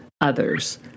others